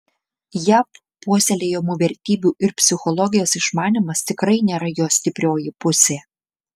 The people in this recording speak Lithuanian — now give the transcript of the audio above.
jav puoselėjamų vertybių ir psichologijos išmanymas tikrai nėra jo stiprioji pusė